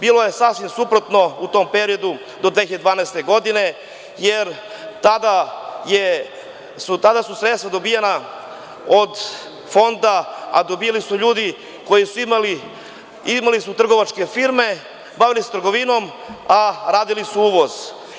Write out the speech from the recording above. Bilo je sasvim suprotno u tom periodu do 2012. godine, jer tada su sredstva dobijana od Fonda, a dobijali su ljudi koji su imali trgovačke firme, bavili se trgovinom, a radili su uvoz.